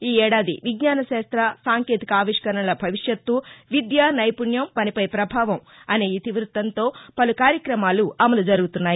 ఈ ఏడాది విజ్ఞానశాస్త్ర సాంకేతిక ఆవిష్కరణల భవిష్యత్తు విద్య నైపుణ్యం పనిపై పభావం అనే ఇతి వృత్తంతో పలు కార్యక్రమాలు అమలు జరుగుతున్నాయి